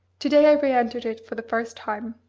to-day i re-entered it for the first time.